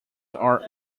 are